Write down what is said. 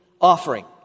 offering